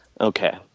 Okay